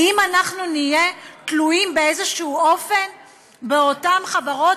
האם אנחנו נהיה תלויים באיזה אופן באותן חברות,